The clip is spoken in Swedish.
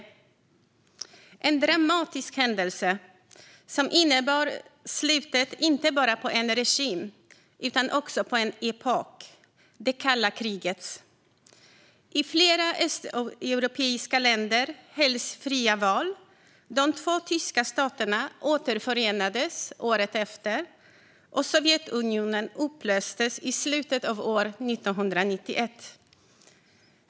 Det var en dramatisk händelse som innebar slutet inte bara på en regim utan också på en epok - det kalla krigets. I flera östeuropeiska länder hölls fria val. De två tyska staterna återförenades året efter, och Sovjetunionen upplöstes i slutet av år 1991.